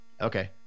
Okay